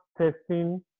testing